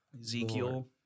Ezekiel